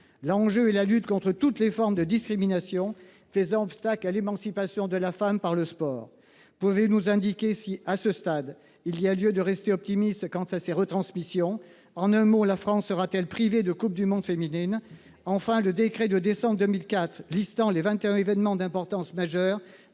l'enjeu et la lutte contre toutes les formes de discrimination. Les obstacles à l'émancipation de la femme par le sport pouvez nous indiquer si à ce stade, il y a lieu de rester optimiste quant à ses retransmissions. En un mot, la France sera-t-elle. Privée de Coupe du monde féminine, enfin le décret de décembre 2004. Listant les 21 événements d'importance majeure